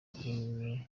filime